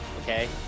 okay